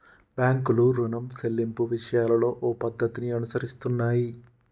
బాంకులు రుణం సెల్లింపు విషయాలలో ఓ పద్ధతిని అనుసరిస్తున్నాయి